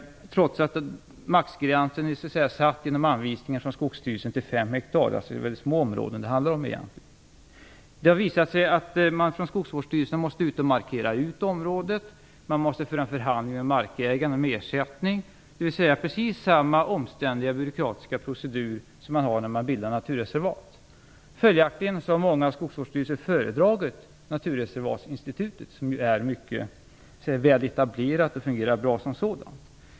Ändå är maximigränsen i Skogsstyrelsens anvisningar satt till 5 hektar - det är alltså väldigt små områden det handlar om egentligen. Det har visat sig att skogsvårdsstyrelserna måste ut och markera ut området, de måste föra en förhandling med markägaren om ersättning - dvs. precis samma omständliga byråkratiska procedur som när man bildar naturreservat. Följaktligen har många skogsvårdsstyrelser föredragit naturreservatsinstitutet, som ju är mycket väl etablerat och fungerar bra som sådant.